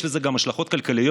יש לזה גם השלכות כלכליות,